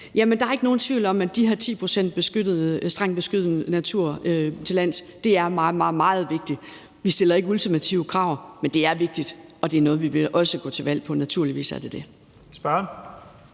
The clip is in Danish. tværs. Der er ikke nogen tvivl om, at de her 10 pct. strengt beskyttet natur til lands er meget, meget vigtigt. Vi stiller ikke ultimative krav, men det er vigtigt, og det er noget, vi også vil gå til valg på; naturligvis er det det.